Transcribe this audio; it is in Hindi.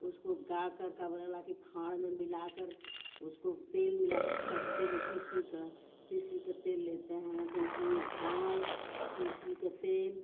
उसको गाकर का बोला ला कि खाँड़ में मिलाकर उसको तेल मिला खरीदते हैं तिस्सी का तिस्सी का तेल लेते हैं तो उसी में घाँड़ तिरसी का तेल